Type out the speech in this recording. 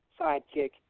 sidekick